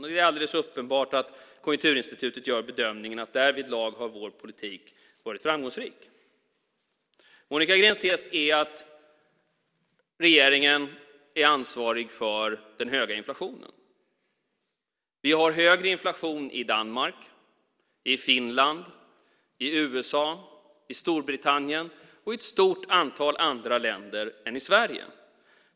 Det är alldeles uppenbart att Konjunkturinstitutet gör bedömningen att vår politik därvidlag har varit framgångsrik. Monica Greens tes är att regeringen är ansvarig för den höga inflationen. Vi har högre inflation i Danmark, i Finland, i USA, i Storbritannien och i ett stort antal andra länder än i Sverige.